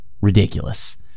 ridiculous